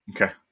Okay